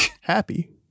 Happy